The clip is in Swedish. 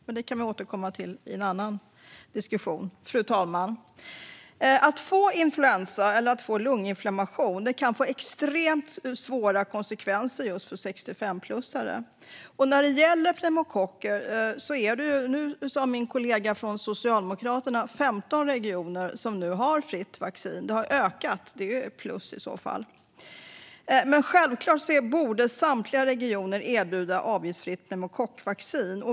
Men det kan vi återkomma till i en annan diskussion, fru talman. Att få influensa eller lunginflammation kan få extremt svåra konsekvenser just för 65-plussare. När det gäller pneumokocker sa min kollega från Socialdemokraterna att det är 15 regioner som nu har fritt vaccin mot det, att det har ökat. Det är ju ett plus i så fall. Men självklart borde samtliga regioner erbjuda avgiftsfritt pneumokockvaccin.